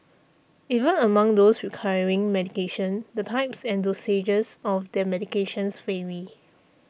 even among those requiring medication the types and dosages of their medications vary